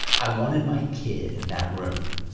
i wanted my kid in that room.